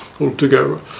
altogether